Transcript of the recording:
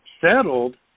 settled